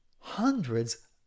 hundreds